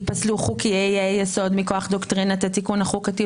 שייפסלו חוקי יסוד מכוח דוקטרינת התיקון החוקתי,